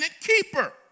keeper